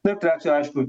na ir trečia aišku